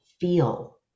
feel